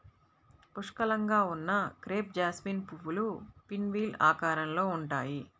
పుష్కలంగా ఉన్న crepe jasmine పువ్వులు పిన్వీల్ ఆకారంలో ఉంటాయి